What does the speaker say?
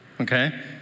okay